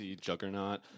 Juggernaut